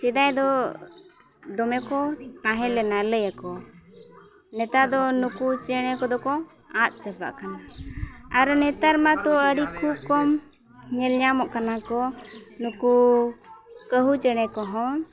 ᱥᱮᱫᱟᱭ ᱫᱚ ᱫᱚᱢᱮ ᱠᱚ ᱛᱟᱦᱮᱸ ᱠᱟᱱᱟ ᱞᱟᱹᱭ ᱟᱠᱚ ᱱᱮᱛᱟᱨ ᱫᱚ ᱱᱩᱠᱩ ᱪᱮᱬᱮ ᱠᱚᱫᱚ ᱠᱚ ᱟᱫ ᱪᱟᱵᱟᱜ ᱠᱟᱱᱟ ᱟᱨ ᱱᱮᱛᱟᱨ ᱢᱟᱛᱚ ᱟᱹᱰᱤ ᱠᱷᱩᱵ ᱠᱚᱢ ᱧᱮᱞ ᱧᱟᱢᱚᱜ ᱠᱟᱱᱟ ᱠᱚ ᱱᱩᱠᱩ ᱠᱟᱹᱦᱩ ᱪᱮᱬᱮ ᱠᱚᱦᱚᱸ